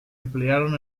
emplearon